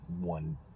one